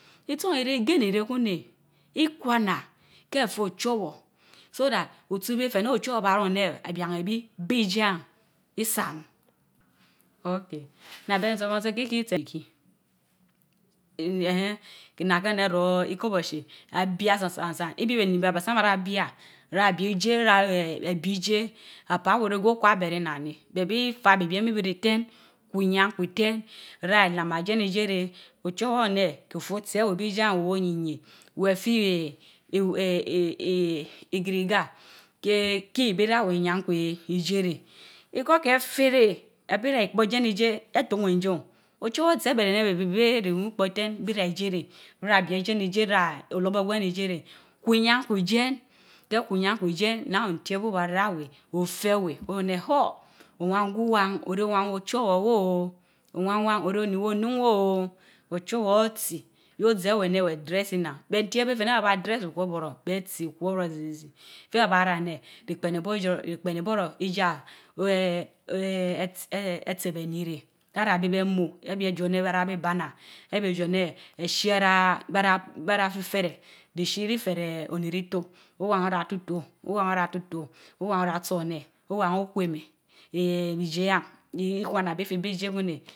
Isaán ire, gain ire kun neh, ikoana ke Fue Ochowor so that ochuweh oba riban yan, isa hi sen Fene aneh ébia ogwi beh eje yan, isa or nnan ben nsaan isa án ke ihi, eeehen ina ke bené ro ikorboche a bia saan saan saan, ibi béh be ni bé ra bia ra bèh bi die va ebi ijie Okwa ebe ve nnan neh bé bi fa apaa givi bi bien İbiri tén uyankwe utery ra den uden rén. Ochowar oruenen, wo yingie. of en otsi ewen bi isich yien weh fe can giriga keh hi ibi ra awéh anama jyankuch ijich rén because ke wa Feh rèh abi ra ipóh ken ihieh, atun ujun?, ochowartsi ebéré anéh bébi beh bira awi opor Otean bira Wich rehra ebi eten, ra olabo isie reh kwu ijankwe ijien ke kau tenn Lyankue ijien naa ontie obga ra qwe'l ofch awah, Onch huh! Owan gwi wan orch owan wéh Ochowar wen oo, owan wa Onén owan wéh Onuun weh ooo ochowor otsi béh ozéh ewén anór wéh dress nnan. Be tien beh Fene ba ba dress ukwóbóroh bé tsi okwóboró zizizi bé éba ra a neh ri pén ibóró ijóro, ri pén iboro ijia eehem, ehmm etse beni ren, arabéh bey mu, ebeh a Jo anéh bey ra bi bana, ebey a Jo ench, ishii eya ri Fereh, Ishi ri fereh onirito. Owen Orn tito, oven oratito, Owen chweme owen ora tsó eneh, Owen Okweme, eenhn ijie yien, ikwong abiféh béh ijie kun neh.